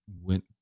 went